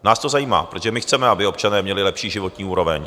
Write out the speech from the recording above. Nás to zajímá, protože my chceme, aby občané měli lepší životní úroveň.